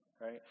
right